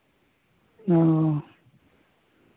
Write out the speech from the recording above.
ᱚᱻ